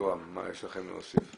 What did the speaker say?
מה יש לכם להוסיף?